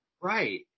Right